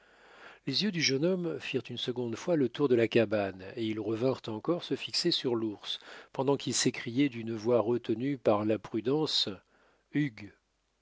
les yeux du jeune homme firent une seconde fois le tour de la cabane et ils revinrent encore se fixer sur l'ours pendant qu'il s'écriait d'une voix retenue par la prudence hugh